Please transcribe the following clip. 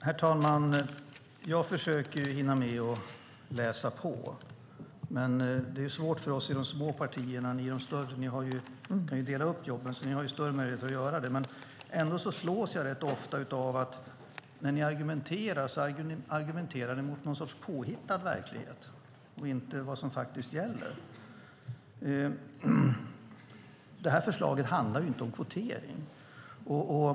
Herr talman! Jag försöker hinna med att läsa på, men det är svårt för oss i de små partierna. Ni i de större kan ju dela upp jobbet. Ni har större möjligheter att göra det. Ändå slås jag rätt ofta av att när ni argumenterar så argumenterar ni mot någon sorts påhittad verklighet och inte mot vad som faktiskt gäller. Det här förslaget handlar ju inte om kvotering.